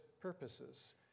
purposes